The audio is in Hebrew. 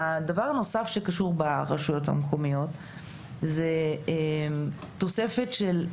הדבר הנוסף שקשור ברשויות המקומיות זה תוספת של,